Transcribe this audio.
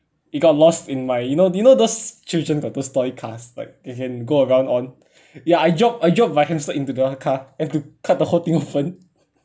it got lost in my you know you know those children got those toy cars like it can go around on ya I drop I drop my hamster into the car had to cut the whole thing open